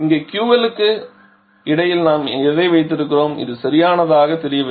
இந்த QL க்கு இடையில் நாம் எதை வைத்திருக்கிறோம் இது சரியானதாகத் தெரியவில்லை